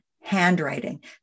handwriting